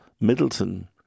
Middleton